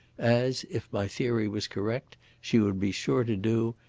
as, if my theory was correct, she would be sure to do,